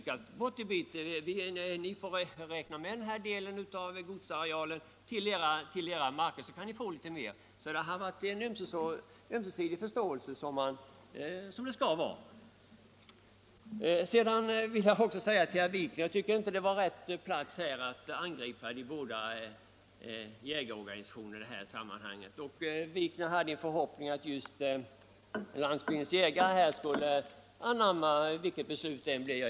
Man har då överlåtit en del av godsets markareal till de små markägarna för beräkning av licensgivningar. Där har således varit en ömsesidig förståelse, precis som det skall vara. Till herr Wikner vill jag säga att jag inte tycker att det var rätt plats att här angripa en viss jägarorganisation. Herr Wikner hade en förhoppning att just Jägarnas riksförbund-Landsbygdens jägare, skulle anamma vilket beslut vi än fattar här.